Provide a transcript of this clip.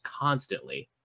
constantly